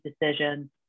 decisions